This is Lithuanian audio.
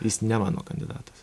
jis ne mano kandidatas